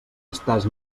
estàs